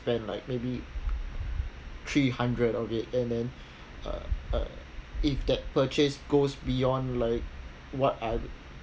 spend like maybe three hundred of it and then uh uh if that purchase goes beyond like what I